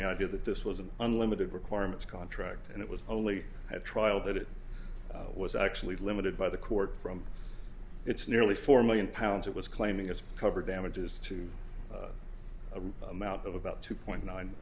the idea that this was an unlimited requirements contract and it was only at trial that it was actually limited by the court from its nearly four million pounds it was claiming as cover damages to the amount of about two point nine